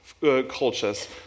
cultures